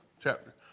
chapter